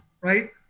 right